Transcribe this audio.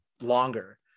longer